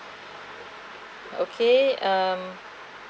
okay um